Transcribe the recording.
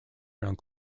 around